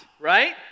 right